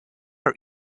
are